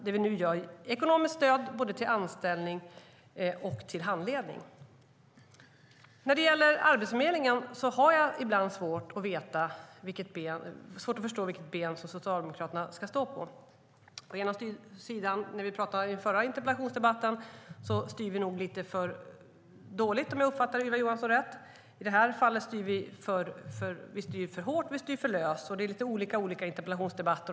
Vi ger nu ekonomiskt stöd både till anställning och till handledning. När det gäller Arbetsförmedlingen har jag ibland svårt att förstå vilket ben Socialdemokraterna står på. När vi pratade i den förra interpellationsdebatten var det att vi styr lite för dåligt, om jag uppfattade Ylva Johansson rätt. I det här fallet styr vi för hårt. Vi styr för hårt, vi styr för löst - det är lite olika i olika interpellationsdebatter.